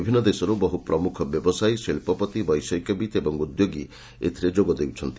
ବିଭିନ୍ନ ଦେଶରୁ ବହୁ ପ୍ରମୁଖ ବ୍ୟବସାୟୀ ଶିଳ୍ପପତି ବୈଷୟିକବିତ୍ ଓ ଉଦ୍ୟୋଗୀ ଏଥିରେ ଯୋଗ ଦେଉଛନ୍ତି